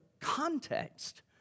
context